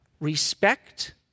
respect